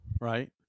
Right